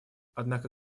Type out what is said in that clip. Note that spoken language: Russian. однако